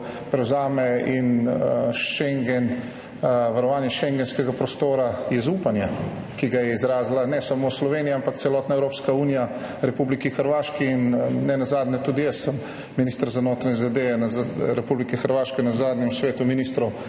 prevzame. Varovanje šengenskega prostora je zaupanje, ki ga je izrazila ne samo Slovenija, ampak celotna Evropska unija Republiki Hrvaški. Nenazadnje sem tudi jaz ministra za notranje zadeve Republike Hrvaške na zadnjem svetu ministrov